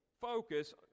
focus